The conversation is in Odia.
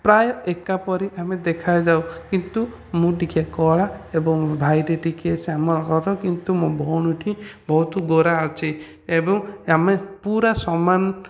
ପ୍ରାୟ ଏକାପରି ଆମେ ଦେଖାଯାଉ କିନ୍ତୁ ମୁଁ ଟିକେ କଳା ଏବଂ ଭାଇଟା ଟିକେ ଶ୍ୟାମଳ କଲର୍ କିନ୍ତୁ ମୋ ଭଉଣୀଟି ବହୁତ ଗୋରା ଅଛି ଏବଂ ଆମେ ପୁରା ସମାନ